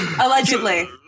allegedly